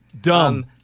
Dumb